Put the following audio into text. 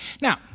Now